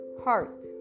heart